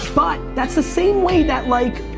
but that's the same way that like,